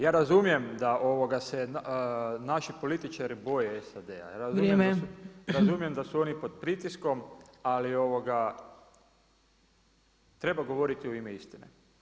Ja razumijem da se naši političari boje SAD-a, ja razumijem da su oni pod pritiskom ali treba govoriti u ime istine.